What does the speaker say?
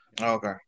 Okay